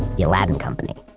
the aladdin company.